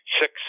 six